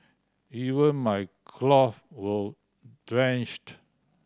even my clothe were drenched